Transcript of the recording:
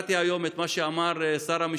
היושב-ראש.